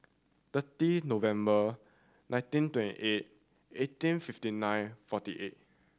thirty November nineteen twenty eight eighteen fifty nine forty eight